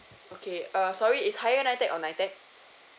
okay err sorry is higher N_I_T_E_C or N_I_T_E_C